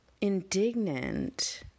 indignant